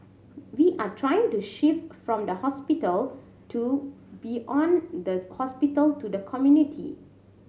we are trying to shift from the hospital to does hospital to the community